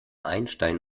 einstein